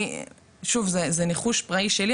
שוב זה ניחוש פראי שלי,